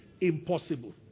impossible